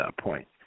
point